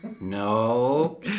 No